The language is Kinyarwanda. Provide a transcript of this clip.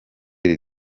iri